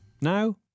Now